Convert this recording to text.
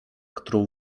którą